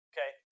Okay